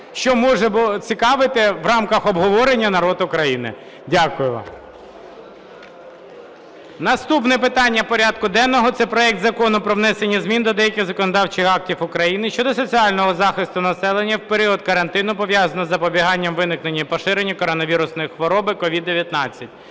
що може цікавити в рамках обговорення народ України. Дякую вам. Наступне питання порядку денного – це проект Закону про внесення змін до деяких законодавчих актів України щодо соціального захисту населення в період карантину, пов’язаного з запобіганням виникнення і поширення коронавірусної хвороби (COVID-19)